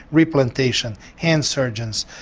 replantation, hand surgeons,